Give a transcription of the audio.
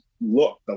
look